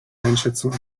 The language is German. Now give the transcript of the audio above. einschätzung